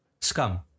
scum